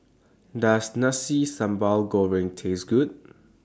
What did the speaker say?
Does Nasi Sambal Goreng Taste Good